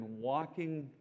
walking